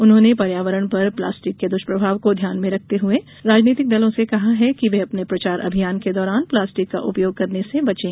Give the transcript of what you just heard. उन्होंने पर्यावरण पर प्लास्टिक के दुष्प्रभाव को ध्यान में रखते हुए राजनीतिक दलों से कहा है कि वे अपने प्रचार अभियान के दौरान प्लास्टिक का उपयोग करने से बचें